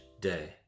day